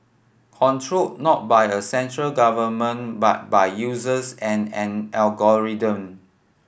not by a central government but by users and an algorithm